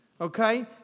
okay